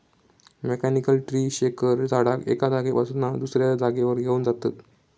mechanical tree shaker झाडाक एका जागेपासना दुसऱ्या जागेवर घेऊन जातत